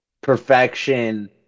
perfection